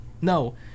No